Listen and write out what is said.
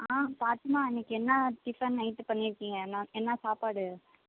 ஆ பாட்டிம்மா இன்றைக்கு என்ன டிஃபன் நைட்டு பண்ணியிருக்கீங்க என்ன என்ன சாப்பாடு